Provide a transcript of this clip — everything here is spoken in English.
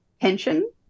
pension